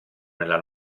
nella